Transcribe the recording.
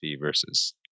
versus